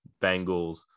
Bengals